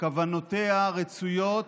שכוונותיה רצויות,